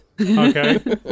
Okay